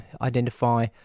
identify